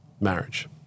marriage